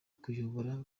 kuyobora